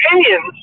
opinions